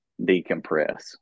decompress